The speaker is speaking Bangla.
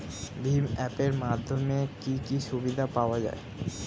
ভিম অ্যাপ এর মাধ্যমে কি কি সুবিধা পাওয়া যায়?